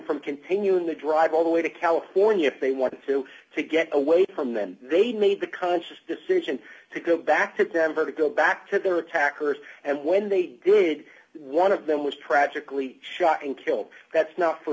from continuing to drive all the way to california if they wanted to to get away from then they'd made the conscious decision to go back to denver to go back to their attackers and when they did one of them was tragically shot and killed that's not for